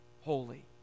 holy